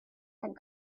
had